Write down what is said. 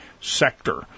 sector